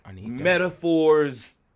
metaphors